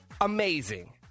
amazing